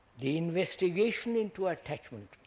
the investigation into attachment,